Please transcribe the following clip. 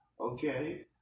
okay